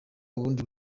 bundi